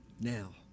now